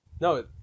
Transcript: No